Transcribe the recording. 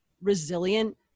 resilient